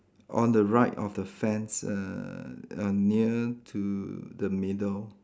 on the right of the fence err err near to the middle